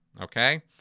okay